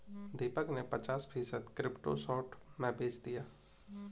दीपक ने पचास फीसद क्रिप्टो शॉर्ट में बेच दिया